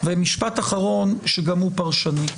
ומשפט אחרון שגם הוא פרשני.